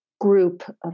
group